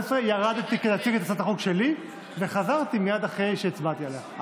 ירדתי כדי להציג את הצעת החוק שלי וחזרתי מייד אחרי שהצבעתי עליה.